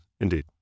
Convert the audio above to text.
indeed